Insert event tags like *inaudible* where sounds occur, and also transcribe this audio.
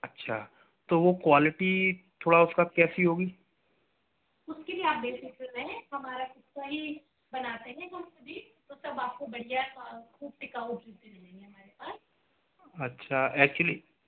अच्छा तो वो क्वालिटी थोड़ा उसका कैसी होगी उसके लिए आप बेफ़िक़्र रहें *unintelligible* अच्छा एक्चुअली